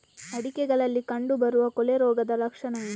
ಅಡಿಕೆಗಳಲ್ಲಿ ಕಂಡುಬರುವ ಕೊಳೆ ರೋಗದ ಲಕ್ಷಣವೇನು?